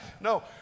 No